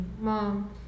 mom